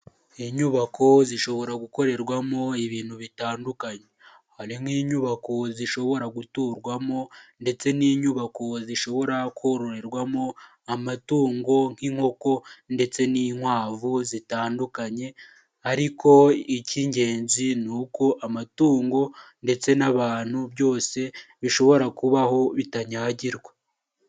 Inyubako zishobora gukorerwamo ibintu bitandukanye, hari nk'inyubako zishobora guturwamo ndetse n'inyubako zishobora kororerwamo amatungo nk'inkoko ndetse n'inkwavu zitandukanye ariko icy'ingenzi ni uko amatungo ndetse n'abantu byose bishobora kubaho bitanyagirwa.